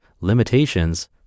limitations